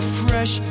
fresh